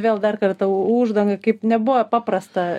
vėl dar kartą uždangą kaip nebuvo paprasta